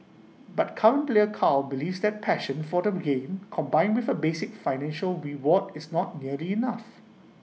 but current player Carl believes that passion for the game combined with A basic financial reward is not nearly enough